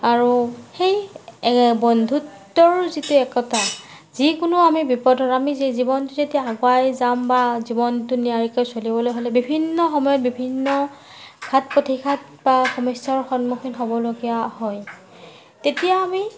আৰু সেই এ বন্ধুত্বৰ যিটো একতা যিকোনো আমি বিপদত আমি জীৱনটো যেতিয়া আগুৱাই যাম বা জীৱনটো নিয়াৰিকৈ চলিবলৈ হ'লে বিভিন্ন সময়ত বিভিন্ন ঘাট প্ৰতিঘাত বা সমস্যাৰ সন্মুখীন হ'বলগীয়া হয় তেতিয়া আমি